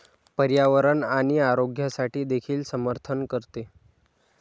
पर्यावरण आणि आरोग्यासाठी देखील समर्थन करते